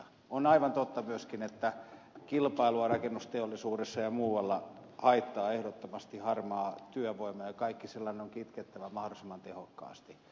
on aivan totta myöskin että kilpailua rakennusteollisuudessa ja muualla haittaa ehdottomasti harmaa työvoima ja kaikki sellainen on kitkettävä mahdollisimman tehokkaasti